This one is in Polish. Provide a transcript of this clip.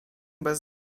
bez